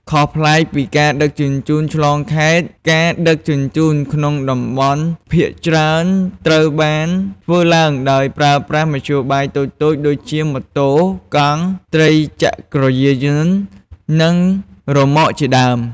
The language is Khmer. ខុសប្លែកពីការដឹកជញ្ជូនឆ្លងខេត្ត ការដឹកជញ្ជូនក្នុងតំបន់ភាគច្រើនត្រូវបានធ្វើឡើងដោយប្រើប្រាស់មធ្យោបាយតូចៗដូចជាម៉ូតូ កង់ ត្រីចក្រយានយន្ត និងរ៉ឺម៉កជាដើម។